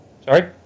sorry